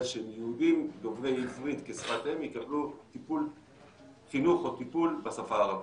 שהם יהודים דוברי עברית כשפת אם יקבלו חינוך או טיפול בשפה הערבית.